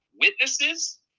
witnesses